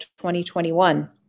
2021